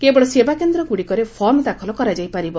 କେବଳ ସେବାକେନ୍ଦ୍ରଗୁଡ଼ିକରେ ଫର୍ମ ଦାଖଲ କରାଯାଇପାରିବ